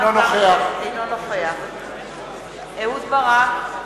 אינו נוכח אהוד ברק,